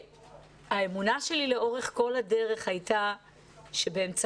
האמונה שלי לאורך כל הדבר הייתה שבאמצעות